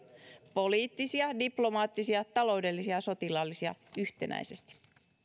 poliittisia diplomaattisia taloudellisia ja sotilaallisia yhtenäisesti